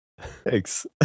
Thanks